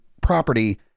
property